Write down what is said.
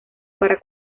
para